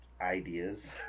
ideas